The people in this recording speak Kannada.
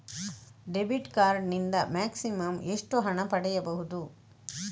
ಡೆಬಿಟ್ ಕಾರ್ಡ್ ನಿಂದ ಮ್ಯಾಕ್ಸಿಮಮ್ ಎಷ್ಟು ಹಣ ಪಡೆಯಬಹುದು?